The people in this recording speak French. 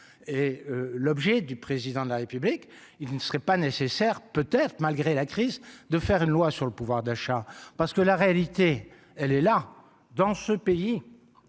et l'objet du président de la République, il ne serait pas nécessaire peut-être malgré la crise, de faire une loi sur le pouvoir d'achat parce que la réalité, elle est là, dans ce pays,